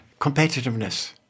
competitiveness